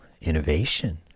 innovation